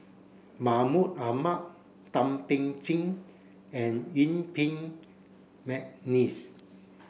Mahmud Ahmad Thum Ping Tjin and Yuen Peng McNeice